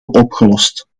opgelost